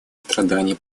страданий